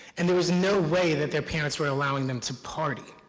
and there was no way that their parents were allowing them to party.